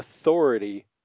authority